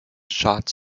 shots